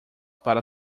para